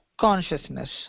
consciousness